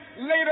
later